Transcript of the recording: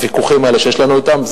הוויכוחים האלה שיש לנו אתם,